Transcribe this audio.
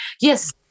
Yes